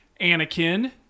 Anakin